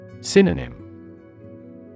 Synonym